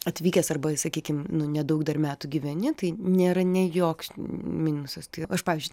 atvykęs arba sakykim nu nedaug dar metų gyveni tai nėra nei joks minusas tai aš pavyzdžiui